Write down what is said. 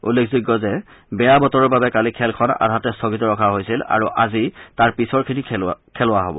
উল্লেখযোগ্য বেয়া বতৰৰ বাবে কালি খেলখন আধাতে স্থগিত ৰখা হৈছিল আৰু আজি তাৰ পিছৰ খিনি খেলুৱা হ'ব